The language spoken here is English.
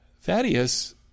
Thaddeus